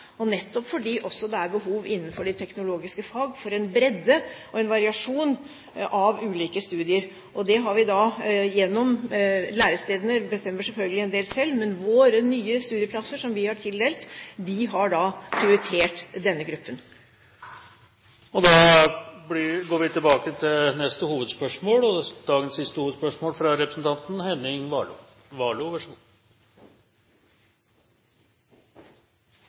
og nettopp fordi det også er behov innenfor de teknologiske fagene for en bredde og en variasjon i ulike studier. Lærestedene bestemmer selvfølgelig en del selv, men når vi har tildelt nye studieplasser, har vi prioritert denne gruppen. Vi går til dagens siste hovedspørsmål. Jeg har et spørsmål til forsknings- og